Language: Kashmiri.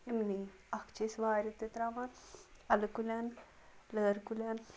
یِمنٕے اکھ چھِ أسۍ وارِ تہِ تراوان اَلہٕ کُلین لٲر کُلین